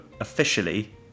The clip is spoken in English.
officially